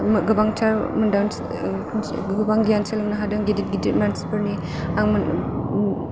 गोबांथार गोबां गियान सोलोंनो हादों गिदिर गिदिर मानसिफोरनि आं